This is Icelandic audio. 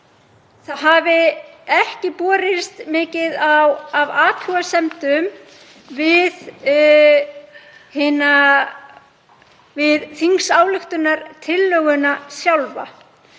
að ekki hafi borist mikið af athugasemdum við þingsályktunartillöguna sjálfa,